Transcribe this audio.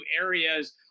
areas